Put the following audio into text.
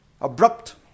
abrupt